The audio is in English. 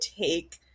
take